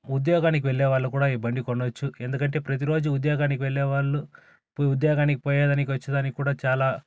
ఉద్యోగాలకి వెళ్లే వాళ్ళు కూడా ఈ బండి కొనవచ్చు ఎందుకంటే ప్రతీ రోజు ఉద్యోగాన్ని వెళ్లే వాళ్ళు ఉద్యోగానికి పోయేదానికి వచ్చేదానికి కూడా చాలా